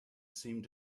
seemed